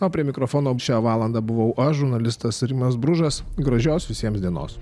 o prie mikrofono šią valandą buvau aš žurnalistas rimas bružas gražios visiems dienos